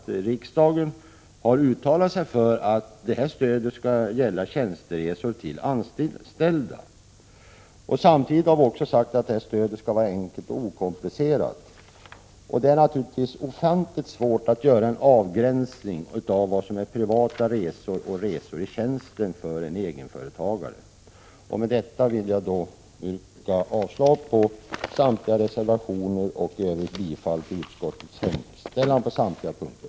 Riksdagen har uttalat sig för att stödet skall gälla tjänsteresor till anställda. Samtidigt har vi också sagt att stödet skall vara enkelt och okomplicerat. Men det är naturligtvis ofantligt svårt att göra en avgränsning av vad som är privata resor och resor i tjänsten för en egenföretagare. Med detta vill jag yrka avslag på samtliga reservationer och i övrigt bifall till utskottets hemställan på samtliga punkter.